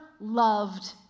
loved